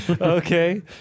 Okay